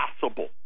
possible